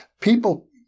people